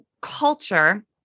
culture